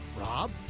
Rob